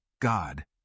God